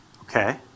Okay